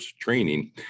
training